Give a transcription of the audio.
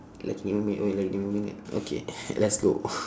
lagi lima minit !oi! lagi lima minit okay let's go